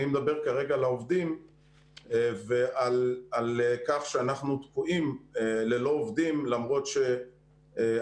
אני מדבר כרגע על העובדים ועל כך שאנחנו תקועים ללא עובדים למרות שאני